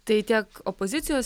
tai tiek opozicijos